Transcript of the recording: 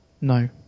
No